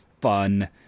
fun